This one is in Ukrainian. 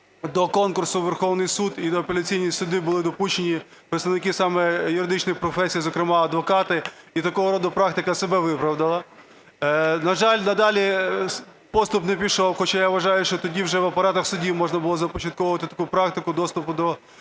до конкурсу в Верховний Суд і в апеляційні суди були допущені представники саме юридичних професій, зокрема, адвокати і такого роду практика себе виправдала. На жаль, надалі поступ не пішов, хоча я вважаю, що тоді вже в апаратах судів можна було започатковувати таку практику доступу до